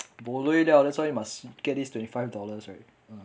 bo lui liao that's why must get this twenty five dollars right